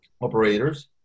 operators